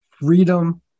freedom